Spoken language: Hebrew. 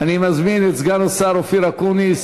אני מזמין את סגן השר אופיר אקוניס,